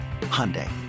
Hyundai